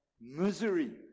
misery